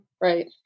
right